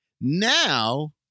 Now